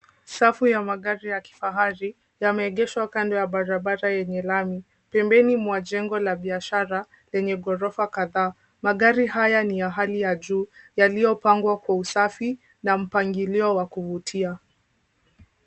Safu ya magari ya kifahari yameegeshwa kando ya barabara yenye lami pembeni mwa jengo la biashara lenye ghorofa kadhaa. Magari haya ni ya hali ya juu yaliyopangwa kwa usafi na mpangilio wa kuvutia.